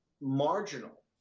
marginal